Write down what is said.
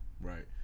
Right